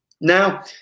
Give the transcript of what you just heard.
now